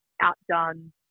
outdone